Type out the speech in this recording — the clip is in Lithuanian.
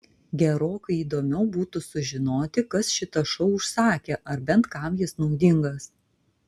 gerokai įdomiau būtų sužinoti kas šitą šou užsakė ar bent kam jis naudingas